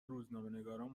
روزنامهنگاران